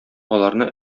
аларны